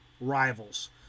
rivals